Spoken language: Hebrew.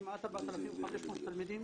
כמעט 4,500 תלמידים,